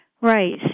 Right